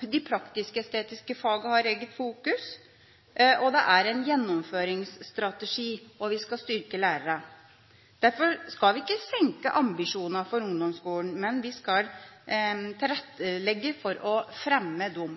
De praktisk-estetiske fagene har et eget fokus. Det er også en gjennomføringsstrategi, og vi skal styrke lærerne. Derfor skal vi ikke senke ambisjonene for ungdomsskolen, men vi skal tilrettelegge for å fremme dem.